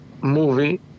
movie